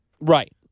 Right